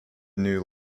new